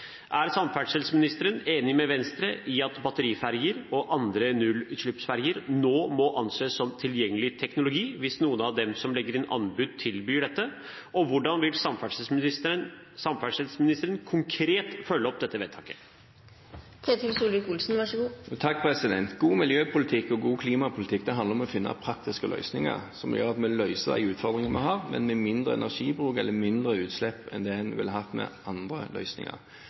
Er samferdselsministeren enig med Venstre i at batteriferjer og andre nullutslippsferjer nå må anses som tilgjengelig teknologi, hvis noen av dem som legger inn anbud, tilbyr dette? Og hvordan vil samferdselsministeren konkret følge opp dette vedtaket? God miljøpolitikk og god klimapolitikk handler om å finne praktiske løsninger som gjør at vi løser de utfordringene vi har, men med mindre energibruk eller mindre utslipp enn det en ville hatt med andre løsninger.